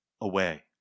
away